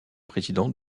président